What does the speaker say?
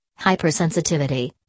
hypersensitivity